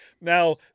now